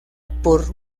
por